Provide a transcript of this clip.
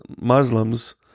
Muslims